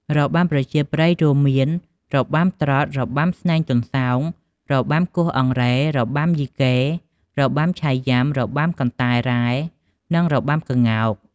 របាំប្រជាប្រិយរួមមាន របាំត្រុដិ, របាំស្នែងទន្សោយ, របាំគោះអង្រែ, របាំយីកេ, របាំឆៃយុំា, របាំកន្តែរ៉ែ, និងរបាំក្ងោក ។